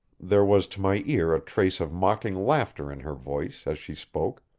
there was to my ear a trace of mocking laughter in her voice as she spoke,